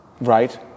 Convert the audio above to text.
Right